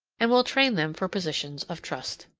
and will train them for positions of trust.